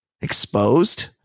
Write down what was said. exposed